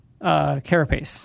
carapace